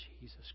Jesus